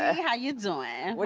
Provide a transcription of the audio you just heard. ah how you doin'?